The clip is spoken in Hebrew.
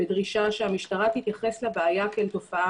בדרישה שהמשטרה תתייחס לבעיה כתופעה